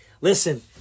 Listen